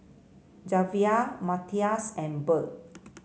Javier Matias and Burl